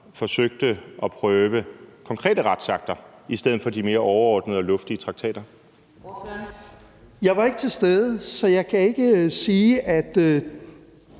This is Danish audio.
forsøgte at prøve konkrete retsakter i stedet for de mere overordnede og luftige traktater? Kl. 15:30 Fjerde næstformand (Karina